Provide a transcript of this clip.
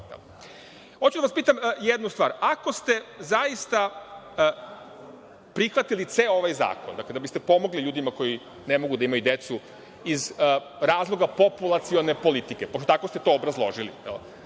da vas pitam jednu stvar. Ako ste zaista prihvatili ceo ovaj zakon da biste pomogli ljudima koji ne mogu da imaju decu iz razloga populacione politike, pošto ste tako to obrazložili,